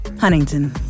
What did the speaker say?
Huntington